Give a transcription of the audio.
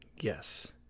Yes